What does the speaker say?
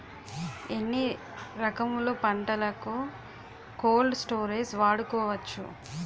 ఎన్ని రకములు పంటలకు కోల్డ్ స్టోరేజ్ వాడుకోవచ్చు?